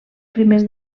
primers